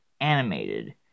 Animated